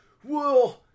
Whoa